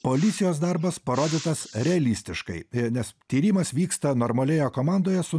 policijos darbas parodytas realistiškai nes tyrimas vyksta normalioje komandoje su